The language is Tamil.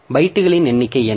பைட்டுகளின் எண்ணிக்கை என்ன